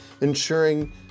ensuring